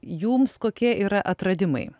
jums kokie yra atradimai